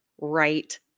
right